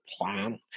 plan